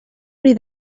bri